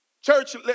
Church